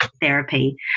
therapy